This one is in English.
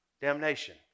damnation